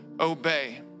obey